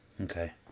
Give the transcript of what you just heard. Okay